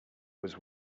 was